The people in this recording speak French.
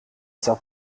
sert